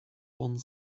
one